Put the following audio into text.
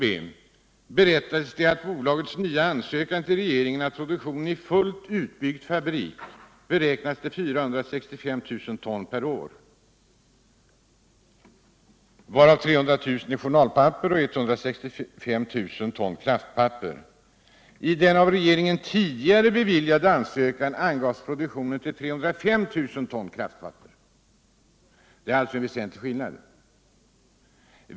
Det berättas i bolagets nya ansökan till regeringen att produktionen i fullt utbyggd fabrik beräknas till 465 000 ton per år, varav 300 000 ton journalpapper och 165 000 ton kraftpapper. I den av regeringen tidigare beviljade ansökan angavs produktionen till 305 000 ton kraftpapper, alltså en väsentlig skillnad.